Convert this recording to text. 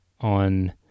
on